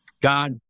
God